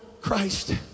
Christ